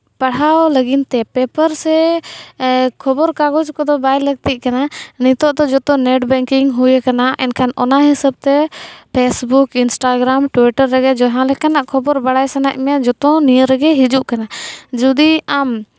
ᱯᱟᱲᱦᱟᱣ ᱞᱟᱹᱜᱤᱫ ᱛᱮ ᱯᱮᱯᱟᱨᱥ ᱥᱮ ᱠᱷᱚᱵᱚᱨ ᱠᱟᱜᱚᱡᱽ ᱠᱚᱫᱚ ᱵᱟᱭ ᱞᱟᱹᱠᱛᱤᱜ ᱠᱟᱱᱟ ᱱᱤᱛᱚᱜ ᱫᱚ ᱡᱚᱛᱚ ᱱᱮᱴ ᱵᱮᱝᱠᱤᱝ ᱦᱩᱭ ᱠᱟᱱᱟ ᱮᱱᱠᱷᱟᱱ ᱚᱱᱟ ᱦᱤᱥᱟᱹᱵ ᱛᱮ ᱯᱷᱮᱨᱥᱵᱩᱠ ᱤᱱᱥᱴᱟᱜᱨᱟᱢ ᱴᱩᱭᱴᱟᱨ ᱨᱮᱜᱮ ᱡᱟᱦᱟᱸ ᱞᱮᱠᱟᱱᱟᱜ ᱠᱷᱚᱵᱚᱨ ᱵᱟᱲᱟᱭ ᱥᱟᱱᱟᱭᱮᱫ ᱢᱮᱭᱟ ᱡᱚᱛᱚ ᱱᱤᱭᱟᱹ ᱨᱮᱜᱮ ᱦᱤᱡᱩᱜ ᱠᱟᱱᱟ ᱡᱩᱫᱤ ᱟᱢ